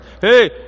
hey